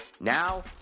Now